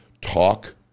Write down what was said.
talk